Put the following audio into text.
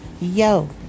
yo